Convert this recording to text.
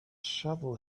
shovel